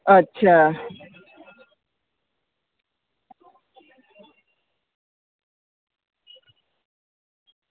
અચ્છા